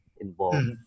involved